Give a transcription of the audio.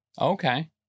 Okay